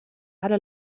على